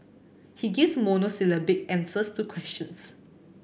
he gives monosyllabic answers to questions